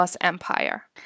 Empire